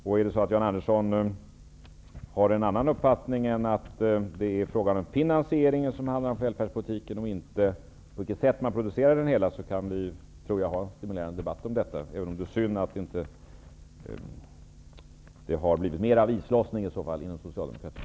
Om Jan Andersson har en annan uppfattning än att det är fråga om finansieringen av välfärdspolitiken och inte på vilket sätt man producerar den, tror jag att vi kan ha en stimulerande debatt om detta, även om det i så fall är synd att det inte har blivit mer av islossning inom socialdemokratin.